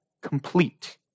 complete